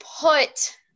put